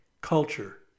culture